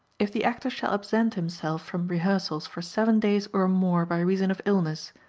if the actor shall absent himself from rehearsals for seven days or more by reason of illness,